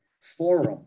forum